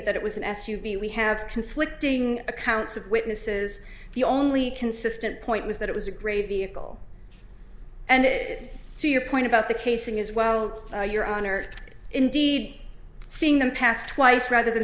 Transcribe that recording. that it was an s u v we have conflicting accounts of witnesses the only consistent point was that it was a great vehicle and it so your point about the casing is well your honor indeed seeing them pass twice rather than